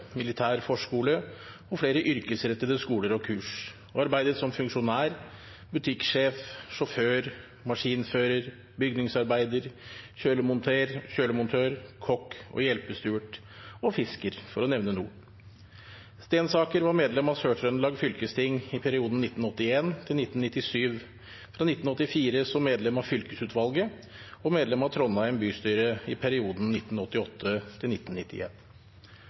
militær forskole og flere yrkesrettede skoler og kurs og arbeidet som funksjonær, butikksjef, sjåfør, maskinfører, bygningsarbeider, kjølemontør, kokk, hjelpestuert og fisker – for å nevne noe. Stensaker var medlem av Sør-Trøndelag fylkesting i perioden 1981–1997, fra 1984 som medlem av fylkesutvalget, og medlem av Trondheim bystyre i perioden